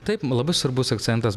taip man labai svarbus akcentas